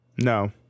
No